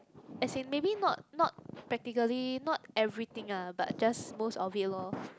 as he maybe not not practically not everything lah but just most of it loh